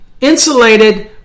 insulated